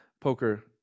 poker